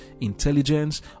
intelligence